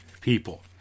people